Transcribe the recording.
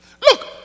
Look